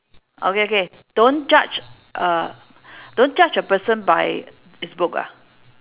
okay okay don't judge a don't judge a person by its book ah